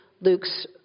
Luke's